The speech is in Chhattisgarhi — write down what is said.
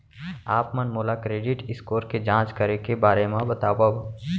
आप मन मोला क्रेडिट स्कोर के जाँच करे के बारे म बतावव?